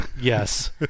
Yes